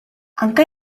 anke